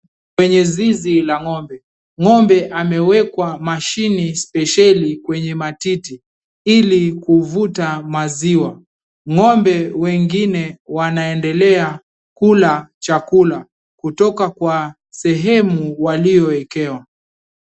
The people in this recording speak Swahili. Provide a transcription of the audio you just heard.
Kwenye zizi la ng'ombe. Ng'ombe amewekwa mashini spesheli kwenye matili ili kuvuta maziwa. Ng'ombe wengine wanaendelea kula chakula toka kwa sehemu walioekewa.